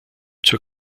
zur